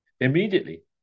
Immediately